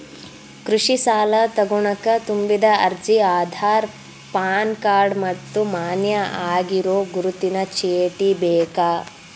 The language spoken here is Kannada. ಕೃಷಿ ಸಾಲಾ ತೊಗೋಣಕ ತುಂಬಿದ ಅರ್ಜಿ ಆಧಾರ್ ಪಾನ್ ಕಾರ್ಡ್ ಮತ್ತ ಮಾನ್ಯ ಆಗಿರೋ ಗುರುತಿನ ಚೇಟಿ ಬೇಕ